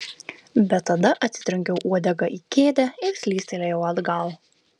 bet tada atsitrenkiau uodega į kėdę ir slystelėjau atgal